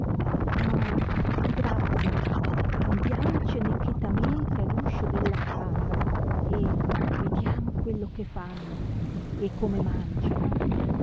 ma di grazia andiancene chetamente a l'uscio della camera e vediamo quello che fanno e come mangino